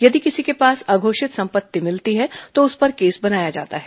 यदि किसी के पास अघोषित संपत्ति मिलती है तो उस पर केस बनाया जाता है